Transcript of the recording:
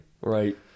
Right